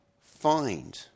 find